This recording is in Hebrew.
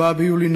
4 ביולי,